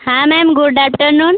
हाँ ma'am good after नून